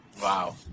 wow